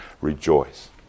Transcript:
rejoice